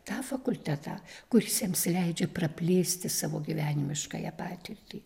tą fakultetą kuris jiems leidžia praplėsti savo gyvenimiškąją patirtį